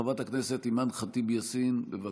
חברת הכנסת אימאן ח'טיב יאסין, בבקשה.